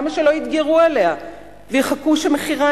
ועכשיו למה שלא ידגרו עליה ויחכו שמחירה